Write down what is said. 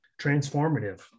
Transformative